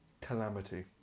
Calamity